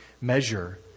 measure